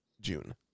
June